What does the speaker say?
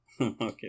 Okay